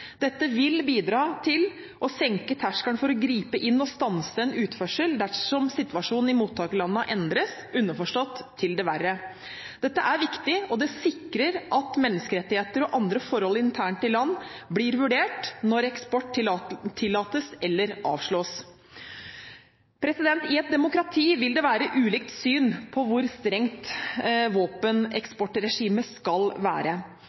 Dette vil bidra til å senke terskelen for å gripe inn og stanse en utførsel dersom situasjonen i mottakerlandet endres, underforstått til det verre. Dette er viktig og sikrer at menneskerettigheter og andre forhold internt i land blir vurdert, når eksport tillates eller avslås. I et demokrati vil det være ulikt syn på hvor strengt våpeneksportregimet skal være.